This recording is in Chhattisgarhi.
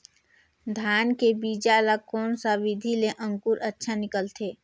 धान के बीजा ला कोन सा विधि ले अंकुर अच्छा निकलथे?